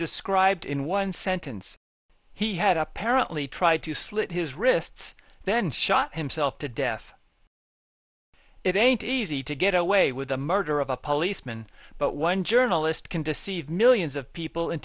described in one sentence he had apparently tried to slit his wrists then shot himself to death it ain't easy to get away with the murder of a policeman but one journalist can deceive millions of people